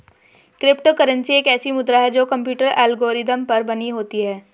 crypto currency एक ऐसी मुद्रा है जो कंप्यूटर एल्गोरिदम पर बनी होती है